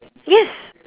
yes